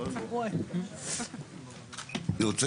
אני רוצה